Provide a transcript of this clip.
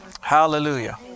Hallelujah